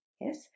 Yes